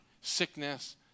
sickness